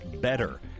better